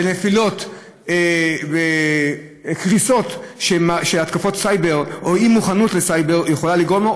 לנפילות ולקריסות שהתקפות סייבר או אי-מוכנות לסייבר יכולות לגרום,